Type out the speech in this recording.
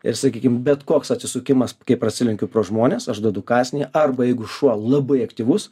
ir sakykim bet koks atsisukimas kai prasilenkiu pro žmones aš duodu kąsnį arba jeigu šuo labai aktyvus